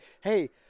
hey